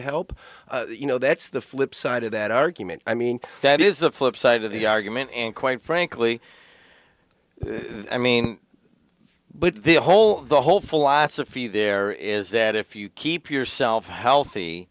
help you know that's the flip side of that argument i mean that is the flip side of the argument and quite frankly i mean the whole the whole philosophy there is that if you keep yourself healthy